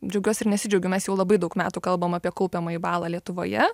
džiaugiuosi ir nesidžiaugiu mes jau labai daug metų kalbam apie kaupiamąjį balą lietuvoje